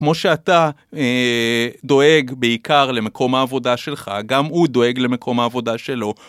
כמו שאתה דואג בעיקר למקום העבודה שלך, גם הוא דואג למקום העבודה שלו.